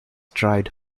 tried